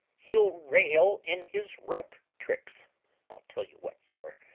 he'll rail in his rope-tricks. i'll tell you what, sir,